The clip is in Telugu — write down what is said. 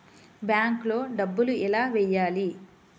బ్యాంక్లో డబ్బులు ఎలా వెయ్యాలి?